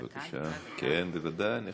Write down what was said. דקה, אני, כן, בוודאי.